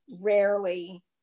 rarely